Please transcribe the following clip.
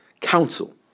Council